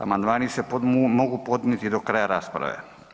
Amandmani se mogu podnijeti do kraja rasprave.